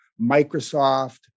Microsoft